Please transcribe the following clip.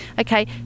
Okay